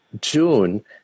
June